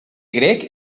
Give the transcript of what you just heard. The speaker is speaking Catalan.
grec